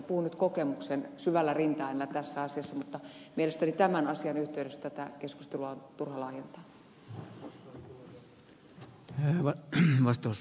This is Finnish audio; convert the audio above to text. puhun nyt kokemuksen syvällä rintaäänellä tässä asiassa mutta mielestäni tämän asian yhteydessä tätä keskustelua on turha laajentaa